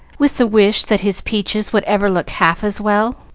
with the wish that his peaches would ever look half as well.